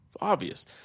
Obvious